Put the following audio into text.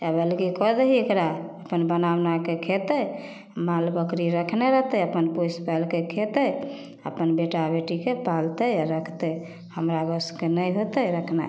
आब अलगे कऽ दही एकरा अपन बना उनाके खेतै माल बकरी रखने रहतै अपन पोसि पालिकऽ खेतै अपन बेटा बेटीके पालतै आओर रखतै हमरा वशके नहि होतै रखनाइ